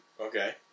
Okay